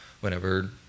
whenever